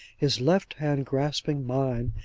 his left hand grasping mine,